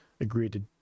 agreed